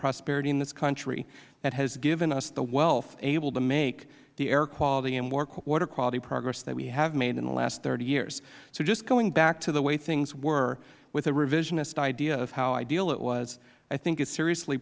prosperity in this country that has given us the wealth able to make the air quality and water quality progress that we have made in the last thirty years so just going back to the way things were with a revisionist idea of how ideal it was i think is seriously